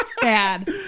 bad